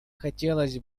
хотелось